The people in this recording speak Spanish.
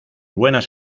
buenas